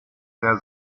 der